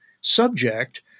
subject